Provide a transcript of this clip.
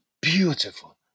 Beautiful